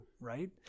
right